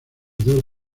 dos